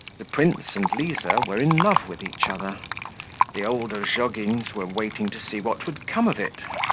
the prince and liza were in love with each other the old ozhogins were waiting to see what would come of it